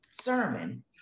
sermon